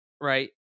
right